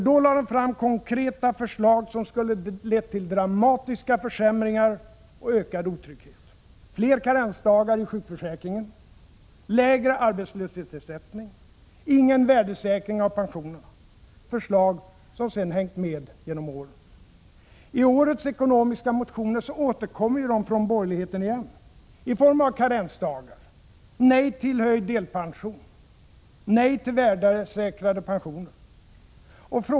Då lade de fram konkreta förslag som skulle ha lett till dramatiska försämringar och ökad otrygghet: fler karensdagar i sjukförsäkringen, lägre arbetslöshetsersättning, ingen värdesäkring av pensionerna. Det är förslag som sedan hängt med genom åren. I årets ekonomiska motioner från borgerligheten återkommer förslagen igen — i form av krav på karensdagar, nej till höjd delpension, nej till värdesäkrade pensioner.